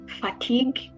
Fatigue